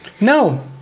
No